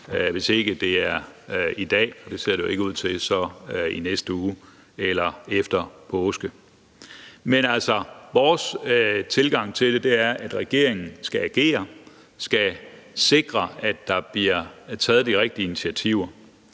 hvis ikke det er i dag – og det ser det jo ikke ud til – så i næste uge eller efter påske. Vores tilgang til det er, at regeringen skal agere, skal sikre, at der bliver taget de rigtige initiativer.